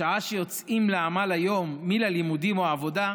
בשעה שיוצאים לעמל היום מן הלימודים או העבודה,